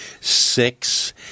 six